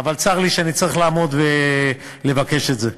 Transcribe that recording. אבל צר לי שאני צריך לעמוד ולבקש את זה.